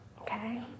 Okay